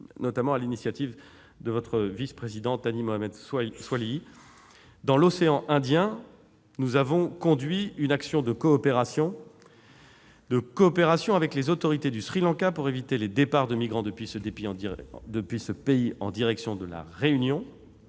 Sénat sur l'initiative du vice-président Thani Mohamed Soilihi. Dans l'océan Indien, nous avons conduit une action de coopération avec les autorités du Sri Lanka pour éviter les départs de migrants depuis ce pays en direction de La Réunion.